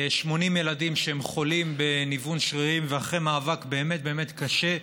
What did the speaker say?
80 ילדים שהם חולים בניוון שרירים ואחרי מאבק באמת באמת קשה,